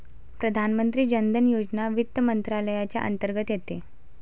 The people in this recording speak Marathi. प्रधानमंत्री जन धन योजना वित्त मंत्रालयाच्या अंतर्गत येते